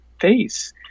face